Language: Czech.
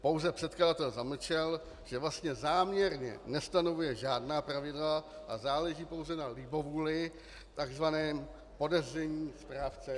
Pouze předkladatel zamlčel, že vlastně záměrně nestanovuje žádná pravidla a záleží pouze na libovůli tzv. podezření správce daně.